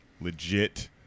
legit